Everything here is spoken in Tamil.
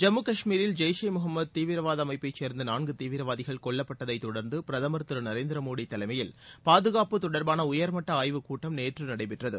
ஜம்மு காஷ்மீரில் ஜெய்ஷ் இ முகம்மது தீவிரவாத அமைப்பைச் சேர்ந்த நான்கு தீவிரவாதிகள் கொல்லப்பட்டதைத் தொடர்ந்து பிரதுர் திரு நரேந்திர மோடி தலைமையில் பாதுகாப்பு தொடர்பான உயர்மட்ட ஆய்வுக் கூட்டம் நேற்று நடைபெற்றது